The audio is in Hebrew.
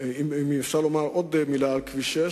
אם אפשר לומר עוד מלה על כביש 6,